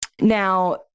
now